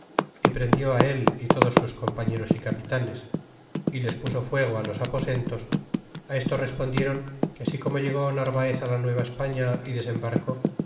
y prendió él y todos sus compañeros y capitanes y les puso fuego los aposentos á esto respondiéron que así como llegó narvaez á la nueva españa y desembarcó